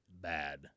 Bad